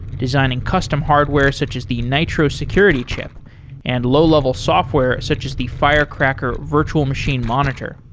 designing custom hardware such as the nitro security chip and low-level software such as the firecracker virtual machine monitor.